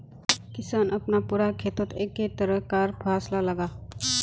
किसान अपना पूरा खेतोत एके तरह कार फासला लगाः